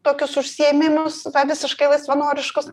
tokius užsiėmimus tą visiškai laisvanoriškus